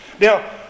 Now